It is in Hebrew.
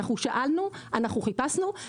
אנחנו שאלנו וחיפשנו,